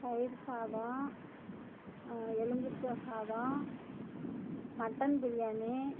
தயிர் சாதம் எலும்பிச்ச சாதம் மட்டன் பிரியாணி